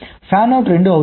fan out 2 అవుతుంది